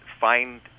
find